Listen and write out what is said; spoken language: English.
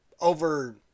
over